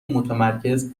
متمرکز